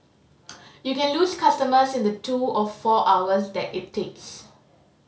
you can lose customers in the two or four hours that it takes